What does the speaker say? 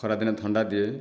ଖରାଦିନେ ଥଣ୍ଡା ଦିଏ